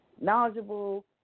knowledgeable